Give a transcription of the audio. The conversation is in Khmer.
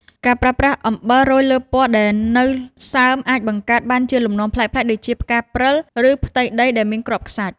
ការប្រើប្រាស់អំបិលរោយលើពណ៌ដែលនៅសើមអាចបង្កើតបានជាលំនាំប្លែកៗដូចជាផ្កាព្រិល ឬ ផ្ទៃដីដែលមានគ្រាប់ខ្សាច់។